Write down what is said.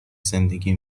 زندگی